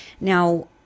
Now